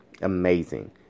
amazing